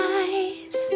eyes